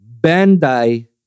Bandai